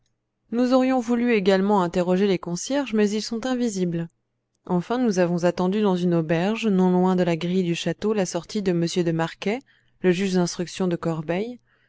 nous aurions voulu également interroger les concierges mais ils sont invisibles enfin nous avons attendu dans une auberge non loin de la grille du château la sortie de m de marquet le juge d'instruction de corbeil